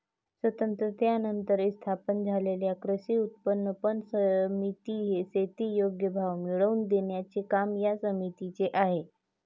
स्वातंत्र्यानंतर स्थापन झालेल्या कृषी उत्पन्न पणन समित्या, शेती योग्य भाव मिळवून देण्याचे काम या समितीचे आहे